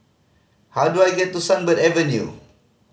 how do I get to Sunbird Avenue